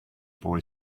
boy